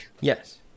Yes